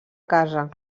casa